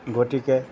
গতিকে